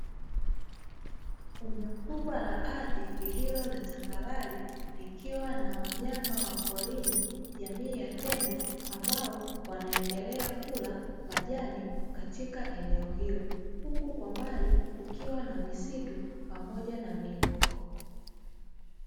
Eneo kubwa la ardhi, lililo la tambarare likiwa na wanyama wa porini, jamii ya tembo ambao wanaendelea kula majani katika eneo hilo. Huku kwa mbali kukiwa na misitu pamoja na miinuko.